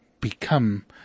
become